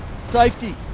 Safety